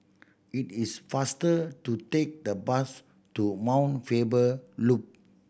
it is faster to take the bus to Mount Faber Loop